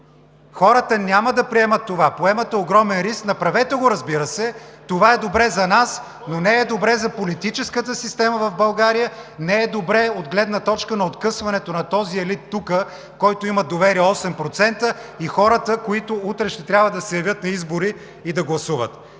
Хората няма да приемат това, поемате огромен риск. Направете го, разбира се, това е добре за нас, но не е добре за политическата система в България, не е добре от гледна точка на откъсването на този елит тук, който има доверие от 8%, и хората, които утре ще трябва да се явят на избори и да гласуват.